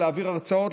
להעביר הרצאות,